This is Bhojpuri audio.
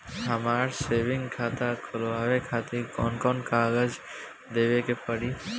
हमार सेविंग खाता खोलवावे खातिर कौन कौन कागज देवे के पड़ी?